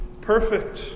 perfect